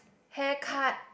haircut